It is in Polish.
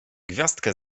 gwiazdę